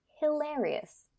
hilarious